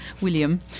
William